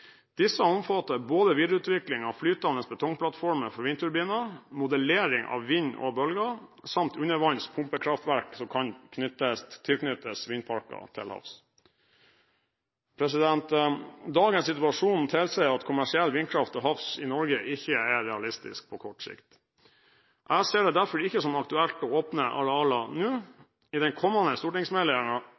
Disse omfatter både videreutvikling av flytende betongplattformer for vindturbiner, modellering av vind og bølger og undervanns pumpekraftverk som kan tilknyttes vindparker til havs. Dagens situasjon tilsier at kommersiell vindkraft til havs i Norge ikke er realistisk på kort sikt. Jeg ser det derfor ikke som aktuelt å åpne arealer nå. I den kommende